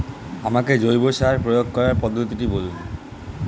আমাকে জৈব সার প্রয়োগ করার পদ্ধতিটি বলুন?